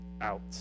out